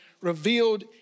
revealed